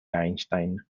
einstein